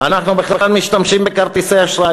אנחנו בכלל משתמשים בכרטיסי אשראי,